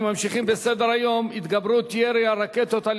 אנחנו ממשיכים בסדר-היום: התגברות ירי הרקטות על